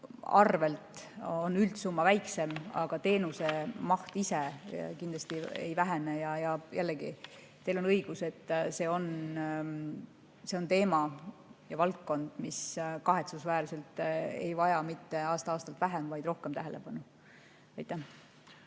arvelt on üldsumma väiksem, aga teenuse maht ise kindlasti ei vähene. Ja jällegi, teil on õigus, et see on teema ja valdkond, mis kahetsusväärselt ei vaja mitte aasta-aastalt vähem, vaid rohkem tähelepanu. Priit